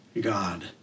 God